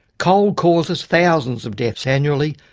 coal causes thousands of deaths annually,